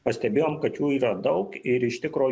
pastebėjom kad jų yra daug ir iš tikro